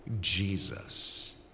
Jesus